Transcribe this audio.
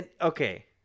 okay